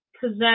possess